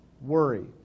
Worry